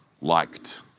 liked